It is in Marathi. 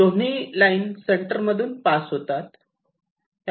दोन्ही लाईन सेंटर मधून पास होतात